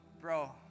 bro